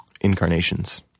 incarnations